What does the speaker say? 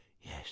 Yes